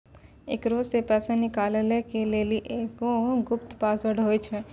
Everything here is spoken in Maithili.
एकरा से पैसा निकालै के लेली एगो गुप्त पासवर्ड होय छै